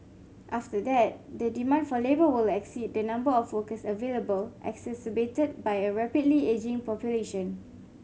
after that the demand for labour will exceed the number of workers available exacerbated by a rapidly ageing population